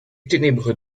ténébreux